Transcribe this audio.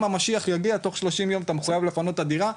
המשיח יגיע בתוך 30 יום אתה מחויב לפנות את הדירה",